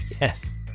Yes